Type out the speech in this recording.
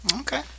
Okay